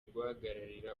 guhagararira